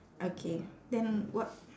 okay then what